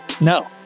No